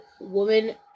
woman